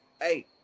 hey